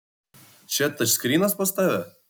čia tačskrynas pas tave